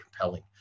compelling